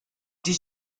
did